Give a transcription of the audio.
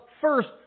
first